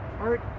art